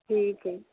ठीक हइ